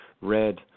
red